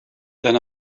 then